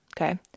okay